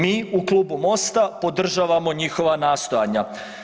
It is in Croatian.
Mi u Klubu MOST-a podržavamo njihova nastojanja.